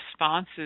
responses